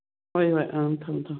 ꯍꯣꯏ ꯍꯣꯏ ꯑ ꯊꯝꯃꯣ ꯊꯝꯃꯣ